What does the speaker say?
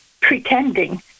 pretending